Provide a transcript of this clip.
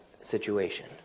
situation